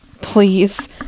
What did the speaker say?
please